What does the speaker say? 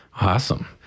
Awesome